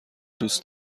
دوست